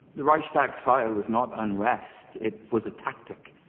the reichstag fire was not unrest. it was a tactic.